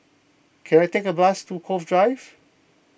can I take a bus to Cove Drive